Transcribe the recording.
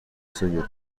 سید